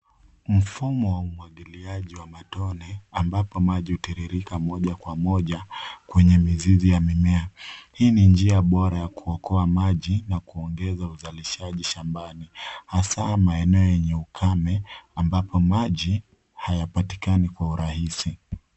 Mfumo wa umwagiliaji wa matone ambapo maji hutiririka moja moja kwenye mizizi ya mimea. Hii ni njia bora ya kuokoa maji na kuongeza uzalishaji shambani, hasa maeneo yenye ukame, ambapo maji hayapatikani kwa urahisi.